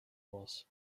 was